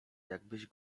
jakbyś